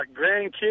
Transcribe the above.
grandkids